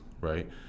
right